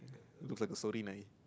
looks like a